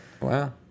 Wow